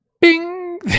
bing